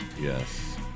yes